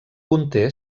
conté